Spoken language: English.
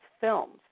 films